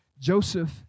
Joseph